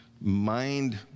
mind